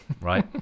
right